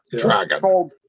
Dragon